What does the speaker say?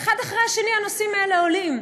אחד אחרי השני הנושאים האלה עולים.